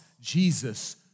Jesus